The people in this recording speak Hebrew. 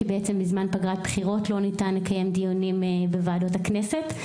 כי בזמן פגרת בחירות לא ניתן לקיים דיונים בוועדות הכנסת,